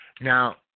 Now